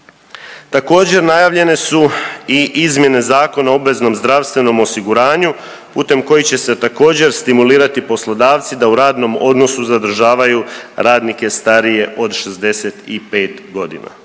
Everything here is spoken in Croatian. Također najavljene su i izmjene Zakona o obveznom zdravstvenom osiguranju putem kojih će se također stimulirati poslodavci da u radnom odnosu zadržavaju radnike starije od 65 godina.